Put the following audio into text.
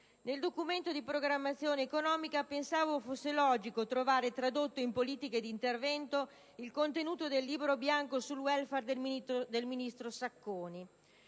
Nel Documento di programmazione economica pensavo fosse logico trovare tradotto in politiche di intervento il contenuto del Libro bianco sul *welfare* del ministro Sacconi.